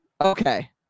Okay